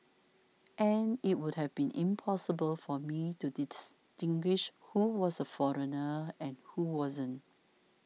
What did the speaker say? and it would have been impossible for me to distinguish who was a foreigner and who wasn't